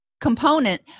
component